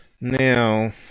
Now